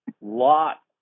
lot